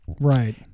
Right